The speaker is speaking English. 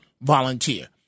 volunteer